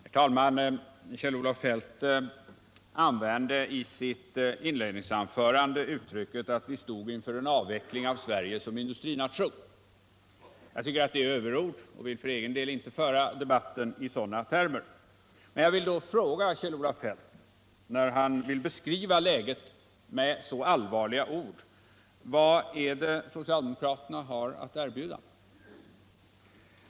Herr talman! Kjell-Olof Feldt använde i sitt inledningsanförande uttrycket att vi stod inför en avveckling av Sverige som industrination. Jag tycker att det var överord och vill för egen del inte föra debatten i sådana termer. Men när Kjell-Olof Feldt beskriver läget så allvarligt, vill jag fråga honom: Vad är det då socialdemokraterna har att erbjuda?